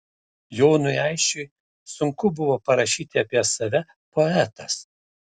jonui aisčiui sunku buvo parašyti apie save poetas